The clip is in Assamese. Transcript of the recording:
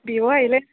বিহু আহিলে